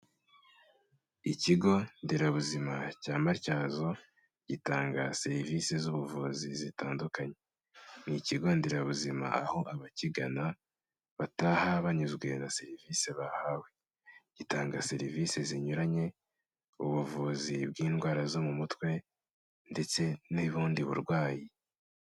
Ikigo nderabuzima cya Matyazo gitanga serivisi z'ubuvuzi zitandukanye. Ni ikigo nderabuzima aho abakigana bataha banyuzwe na serivisi bahawe, gitanga serivisi zinyuranye, ubuvuzi bw'indwara zo mu mutwe ndetse n'ubundi burwayi.